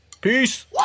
Peace